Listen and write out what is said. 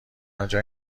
آنجا